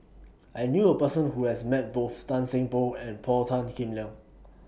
I knew A Person Who has Met Both Tan Seng Poh and Paul Tan Kim Liang